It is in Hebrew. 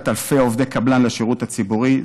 אלפי עובדי קבלן לשירות הציבורי.